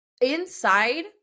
inside